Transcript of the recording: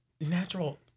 Natural